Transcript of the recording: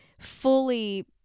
fully